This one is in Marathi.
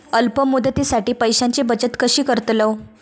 अल्प मुदतीसाठी पैशांची बचत कशी करतलव?